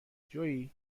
جویی